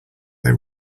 they